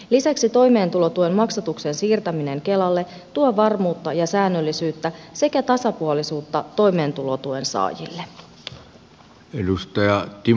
lisäksi toimeentulotuen maksatuksen siirtäminen kelalle tuo varmuutta ja säännöllisyyttä sekä tasapuolisuutta toimeentulotuen saajille